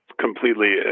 completely